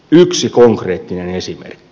yksi konkreettinen esimerkki